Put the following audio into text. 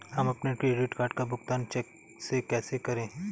हम अपने credit card का भुगतान चेक से कैसे करें?